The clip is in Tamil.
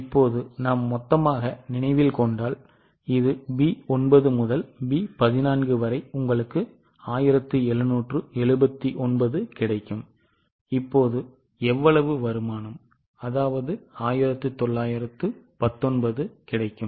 இப்போது நாம் மொத்தமாக நினைவில் வைத்தால் இது B 9 முதல் B 14 வரை உங்களுக்கு 1779 கிடைக்கும் இப்போது எவ்வளவு வருமானம் அதாவது 1919 கிடைக்கும்